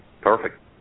Perfect